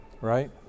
Right